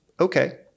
okay